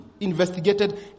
investigated